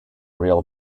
real